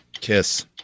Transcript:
Kiss